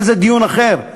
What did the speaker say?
אבל זה דיון אחר.